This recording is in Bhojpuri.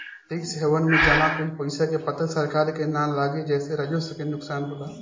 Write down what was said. टैक्स हैवन में जमा कइल पइसा के पता सरकार के ना लागे जेसे राजस्व के नुकसान होला